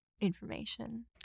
information